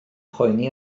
poeni